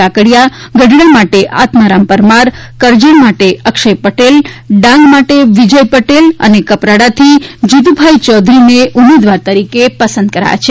કાકડિયા ગઢડા માટે આત્મારામ પરમાર કરજણ માટે અક્ષય પટેલ ડાંગ માટે વિજય પટેલ અને કપ્રાડાથી જીતુભાઇ ચૌધરીને ઉમેદવાર તરીકે પસંદ કર્યા છે